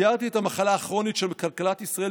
תיארתי את המחלה הכרונית שבכלכלת ישראל